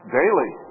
daily